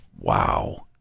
Wow